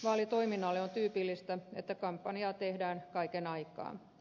vaalitoiminnalle on tyypillistä että kampanjaa tehdään kaiken aikaa